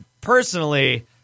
personally